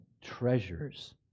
treasures